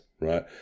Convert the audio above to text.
right